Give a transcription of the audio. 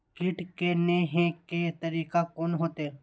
कीट के ने हे के तरीका कोन होते?